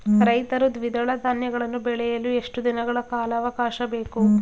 ರೈತರು ದ್ವಿದಳ ಧಾನ್ಯಗಳನ್ನು ಬೆಳೆಯಲು ಎಷ್ಟು ದಿನಗಳ ಕಾಲಾವಾಕಾಶ ಬೇಕು?